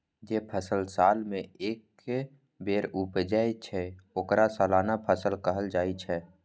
जे फसल साल मे एके बेर उपजै छै, ओकरा सालाना फसल कहल जाइ छै